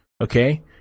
Okay